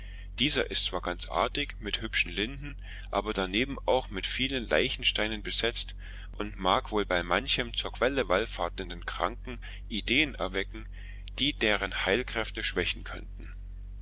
dieser ist zwar ganz artig mit hübschen linden aber daneben auch mit vielen leichensteinen besetzt und mag wohl bei manchem zur quelle wallfahrtenden kranken ideen erwecken die deren heilkräfte schwächen könnten